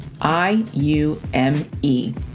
I-U-M-E